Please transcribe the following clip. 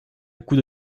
coups